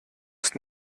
ist